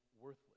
worthless